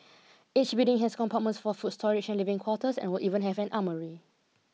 each building has compartments for food storage and living quarters and would even have an armoury